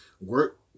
work